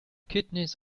kidneys